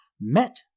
met